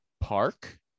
park